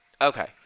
Okay